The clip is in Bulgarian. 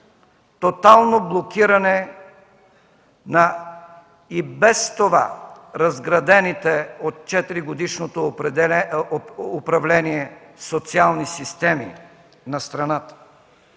тотално блокиране на и без това разградените от четиригодишното управление социални системи на страната.